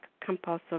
compulsive